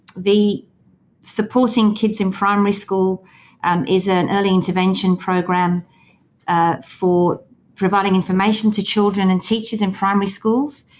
the supporting kids in primary school um is an early intervention program for providing information to children and teachers in primary schools.